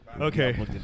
Okay